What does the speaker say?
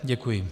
Děkuji.